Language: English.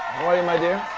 how are you, my dear?